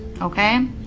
okay